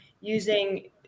using